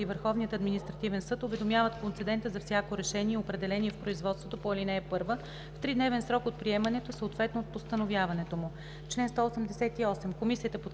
и Върховният административен съд уведомяват концедента за всяко решение и определение в производството по ал. 1 в тридневен срок от приемането, съответно от постановяването му.“